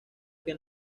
que